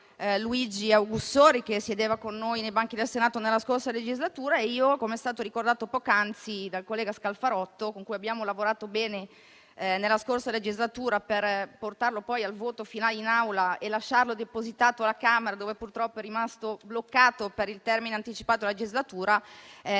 Luigi Augussori, che sedeva con noi nei banchi del Senato nella scorsa legislatura. Come è stato ricordato poc'anzi dal collega Scalfarotto, con cui abbiamo lavorato bene nella scorsa legislatura, lo abbiamo portato al voto finale in Aula per poi lasciarlo depositato alla Camera, dove purtroppo è rimasto bloccato per il termine anticipato della legislatura;